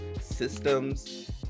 systems